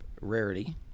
rarity